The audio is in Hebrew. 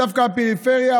דווקא בפריפריה,